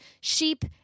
sheep